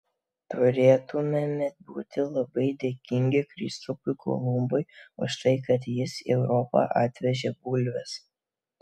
turėtumėme būti labai dėkingi kristupui kolumbui už tai kad jis į europą atvežė bulves